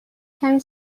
کمی